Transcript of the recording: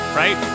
right